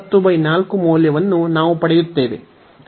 ಈ ಪರಿಮಾಣದ 94 ಮೌಲ್ಯವನ್ನು ನಾವು ಪಡೆಯುತ್ತೇವೆ